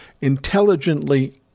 intelligently